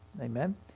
Amen